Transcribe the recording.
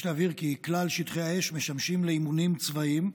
יש להבהיר כי כלל שטחי האש משמשים לאימונים צבאיים,